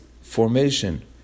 formation